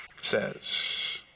says